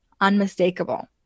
unmistakable